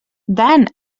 dan